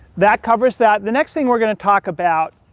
that covers that. the next thing we're gonna talk about